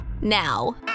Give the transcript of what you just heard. now